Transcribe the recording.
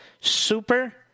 Super